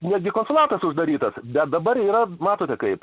netgi konsulatas uždarytas bet dabar yra matote kaip